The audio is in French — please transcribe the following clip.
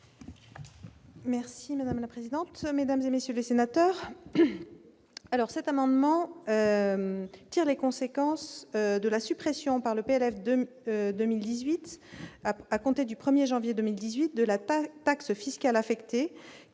Merci madame la présidente, mesdames et messieurs les sénateurs, alors cet amendement tire les conséquences de la suppression par le PLF 2000 2018 à compter du 1er janvier 2018 de la paix taxes fiscales